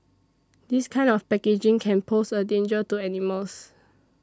this kind of packaging can pose a danger to animals